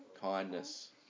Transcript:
kindness